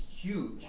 huge